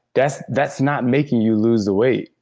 that's that's not making you lose the weight.